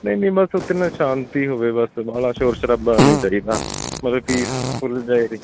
ਨਹੀਂ ਨਹੀਂ ਬਸ ਉੱਥੇ ਨਾ ਸ਼ਾਂਤੀ ਹੋਵੇ ਬਸ ਵਾਹਲਾ ਸ਼ੋਰ ਸ਼ਰਾਬਾ ਨਹੀਂ ਚਾਹੀਦਾ ਭਾਵੇਂ ਪੀਸਫੁਲ